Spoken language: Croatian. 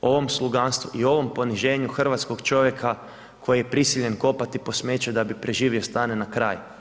ovom sluganstvu i ovom poniženju hrvatskog čovjeka koji je prisiljen kopati po smeću da bi preživio, stane na kraj.